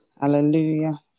Hallelujah